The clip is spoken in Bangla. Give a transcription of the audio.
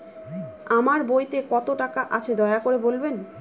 আমার বইতে কত টাকা আছে দয়া করে বলবেন?